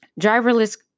Driverless